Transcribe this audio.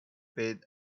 feet